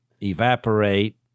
evaporate